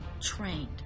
trained